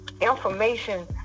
information